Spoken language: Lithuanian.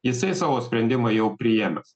jisai savo sprendimą jau priėmęs